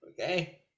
Okay